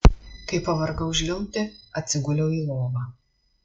kai pavargau žliumbti atsiguliau į lovą